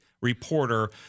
reporter